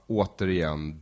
återigen